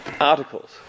articles